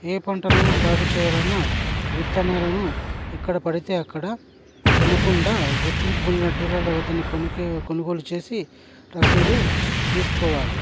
ఏ పంటలు సాగు చేయాలన్నా విత్తనాలను ఎక్కడ పడితే అక్కడ కొనకుండా గుర్తింపు పొందిన డీలర్ల వద్దనే కొనుకే కొనుగోలు చేసి రసీదు తీసుకోవాలి